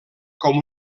com